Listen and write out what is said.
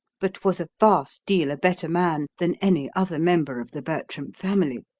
but was a vast deal a better man than any other member of the bertram family.